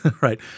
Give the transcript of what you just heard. Right